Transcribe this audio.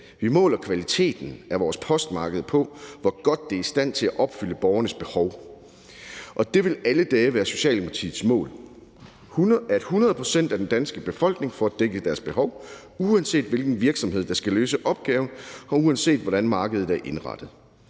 vi måler kvaliteten af vores postmarked på, hvor godt det er i stand til at opfylde borgerens behov, og det vil alle dage være Socialdemokratiets mål, at 100 pct. af den danske befolkning får dækket deres behov, uanset hvilken virksomhed der skal løse opgaven, og uanset hvordan markedet er indrettet.